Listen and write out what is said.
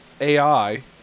AI